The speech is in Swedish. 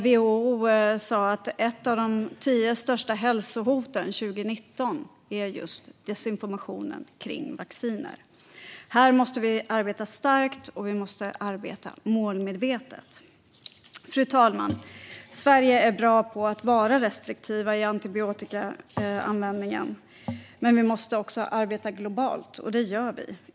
WHO har sagt att ett av de tio största hälsohoten 2019 var desinformation kring vacciner. Här måste vi arbeta målmedvetet. Fru talman! Sverige är bra på att vara restriktivt i antibiotikaanvändningen. Men vi måste också arbeta globalt, och det gör vi.